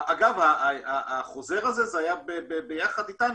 אגב, החוזר הזה, זה היה ביחד אתנו.